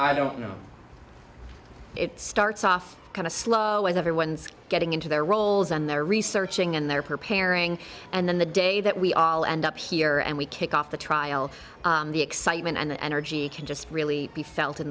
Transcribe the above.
i don't know it starts off kind of slow as everyone's getting into their roles and they're researching and they're preparing and then the day that we all end up here and we kick off the trial the excitement and energy can just really